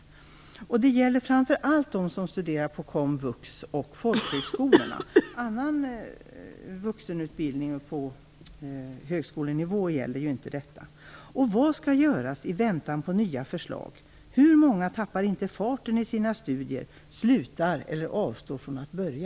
Denna fråga gäller framför allt dem som studerar på komvux och folkhögskolorna. Annan vuxenutbildning, på högskolenivå, gäller ju inte detta. Vad skall göras i väntan på nya förslag? Hur många tappar inte farten i sina studier, slutar eller avstår från att börja?